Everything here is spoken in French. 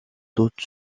toutes